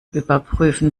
überprüfen